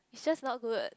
is just not good